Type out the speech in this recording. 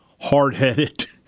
hard-headed